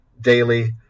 daily